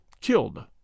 killed